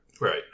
right